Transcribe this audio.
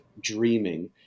dreaming